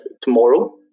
tomorrow